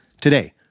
Today